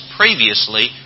previously